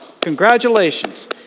congratulations